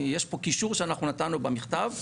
יש פה קישור שאנחנו נתנו במכתב,